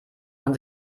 man